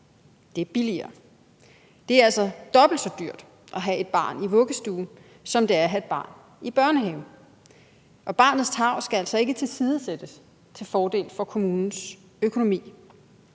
det er billigere. Det er altså dobbelt så dyrt at have et barn i vuggestue, som det er at have et barn i børnehave, og barnets tarv skal altså ikke tilsidesættes til fordel for kommunens økonomi.